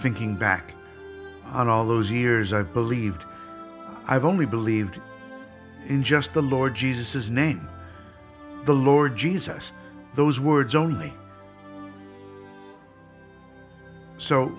thinking back on all those years i've believed i've only believed in just the lord jesus his name the lord jesus those words only so